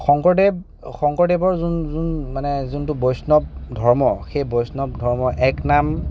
শংকৰদেৱ শংকৰদেৱৰ যোন যোন মানে যোনটো বৈষ্ণৱ ধৰ্ম সেই বৈষ্ণৱ ধৰ্ম এক নাম